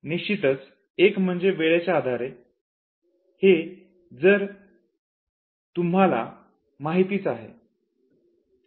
निश्चितच एक म्हणजे वेळेच्या आधारे हे तर तुम्हाला माहीतच आहे